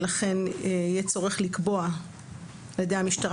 לכן יהיה צורך לקבוע על ידי המשטרה,